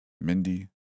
Mindy